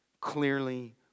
clearly